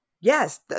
Yes